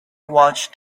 watched